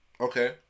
Okay